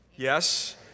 Yes